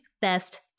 best